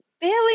Barely